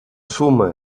suma